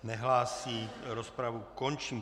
Nehlásí, rozpravu končím.